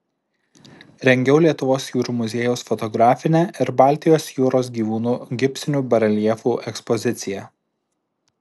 rengiau lietuvos jūrų muziejaus fotografinę ir baltijos jūros gyvūnų gipsinių bareljefų ekspoziciją